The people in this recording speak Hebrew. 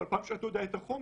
אבל פעם שאתה יודע את החומר,